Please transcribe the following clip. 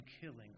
killing